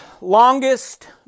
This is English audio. longest